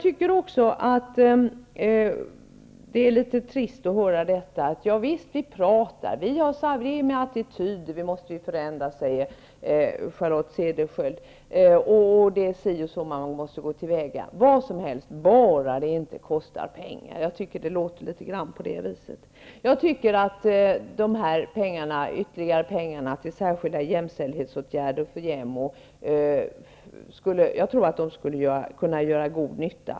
Det är också litet trist att höra Charlotte Cederschiöld säga att vi pratar, att attityder måste förändras, att man måste gå till väga si och så -- vad som helst, bara det inte kostar pengar. De här ytterligare pengarna till JämO för särskilda jämställdhetsåtgärder skulle kunna göra god nytta.